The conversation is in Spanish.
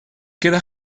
queda